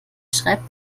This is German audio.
schreibt